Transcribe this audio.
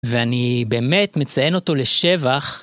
ואני... באמת מציין אותו לשבח.